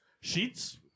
Sheets